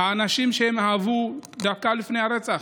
האנשים שהן אהבו דקה לפני הרצח,